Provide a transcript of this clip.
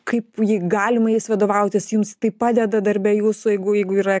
kaip jį galima jais vadovautis jums tai padeda darbe jūsų jeigu jeigu yra